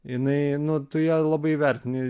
jinai nu tu ją labai įvertini